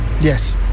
Yes